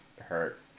hurt